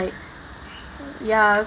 ya